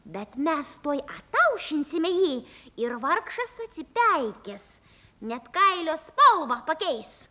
bet mes tuoj ataušinsime jį ir vargšas atsipeikės net kailio spalvą pakeis